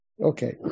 Okay